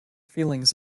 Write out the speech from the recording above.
feelings